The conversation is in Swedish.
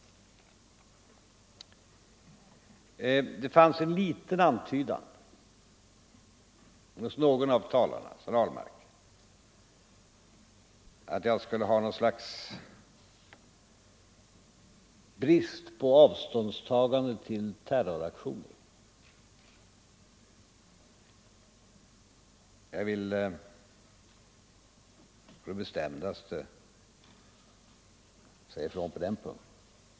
Det fanns en liten antydan hos en av talarna — herr Ahlmark — att jag skulle ha något slags brist på avståndstagande till terroraktioner. Jag vill på det bestämdaste säga ifrån på den punkten.